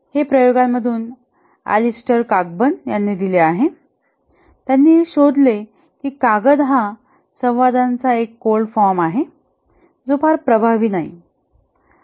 हे प्रयोगांमधून Alistair Cockburn यांनी दिले आहे त्यांनी हे शोधले कि कागद हा संवादाचा एक कोल्ड फॉर्म आहे जो फार प्रभावी नाही